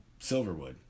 silverwood